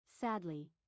Sadly